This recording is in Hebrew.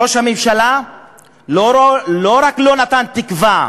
ראש הממשלה לא רק שלא נתן תקווה,